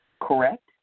correct